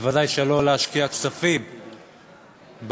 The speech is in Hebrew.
בוודאי לא להשקיע כספים בבורסה,